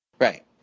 Right